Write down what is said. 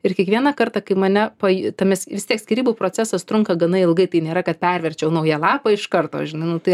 ir kiekvieną kartą kai mane pa tomis vis tiek skyrybų procesas trunka gana ilgai tai nėra kad perverčiau naują lapą iš karto žin tai